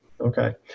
Okay